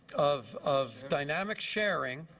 of of dynamic sharing,